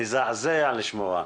מזעזע לשמוע.